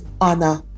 honor